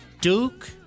Duke